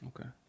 Okay